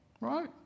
Right